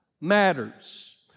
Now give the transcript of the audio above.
matters